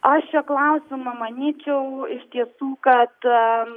aš šiuo klausimu manyčiau iš tiesų kad